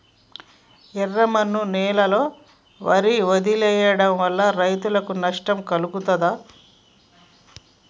ఎర్రమన్ను నేలలో వరి వదిలివేయడం వల్ల రైతులకు నష్టం కలుగుతదా?